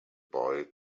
boy